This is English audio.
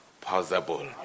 possible